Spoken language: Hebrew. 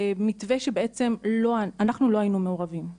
מתווה שאנחנו בעצם לא היינו מעורבים בו.